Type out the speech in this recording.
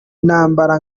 nambara